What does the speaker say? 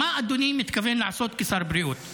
מה אדוני מתכוון לעשות כשר הבריאות?